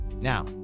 Now